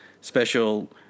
special